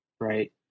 right